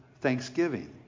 thanksgiving